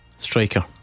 Striker